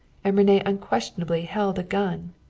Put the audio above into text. and rene unquestionably held a gun.